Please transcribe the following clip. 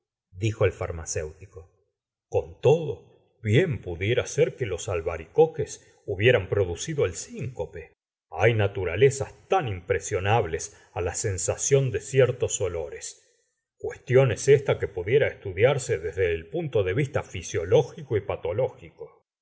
es extraordinario dijoelfarmacéutico con todo bien pudiera ser que los albaricoque hubieran producido el sincope hay naturalezas tan impresionables á la sensación de ciertos olores cuestión es esta que pudiera estudiarse desde el punto de vista fisiológico y patológico